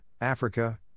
Africa